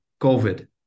COVID